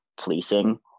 policing